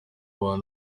abo